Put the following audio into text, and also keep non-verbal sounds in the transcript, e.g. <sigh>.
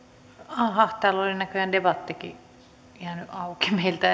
aha täällä oli näköjään debattikin jäänyt auki meiltä <unintelligible>